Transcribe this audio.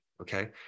Okay